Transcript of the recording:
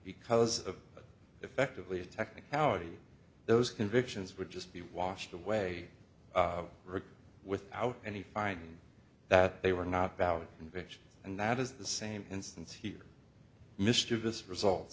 because of effectively a technicality those convictions would just be washed away without any find that they were not valid convictions and that is the same instance here mischievous results